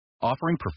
Offering